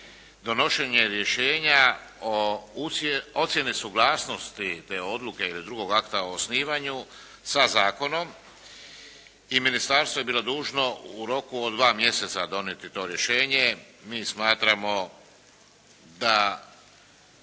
donošenje rješenja o ocijeni suglasnosti te odluke ili drugog akta o osnivanju sa zakonom. I ministarstvo je bilo dužno u roku od 2 mjeseca donijeti to rješenje. Mi smatramo da